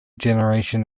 generation